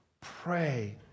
Pray